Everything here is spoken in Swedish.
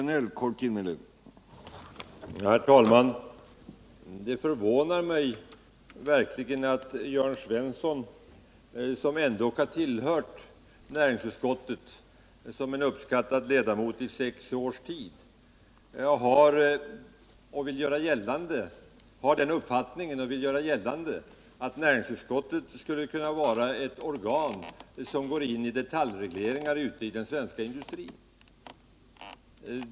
Herr talman! Det förvånar mig verkligen att Jörn Svensson, som ändå i sex års tid har tillhört näringsutskottet som en uppskattad ledamot, har den uppfattningen —och vill göra den gällande —att näringsutskottet skulle kunna vara ett organ som går in i detaljregleringar av den svenska industrin.